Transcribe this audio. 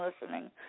listening